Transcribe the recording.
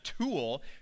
tool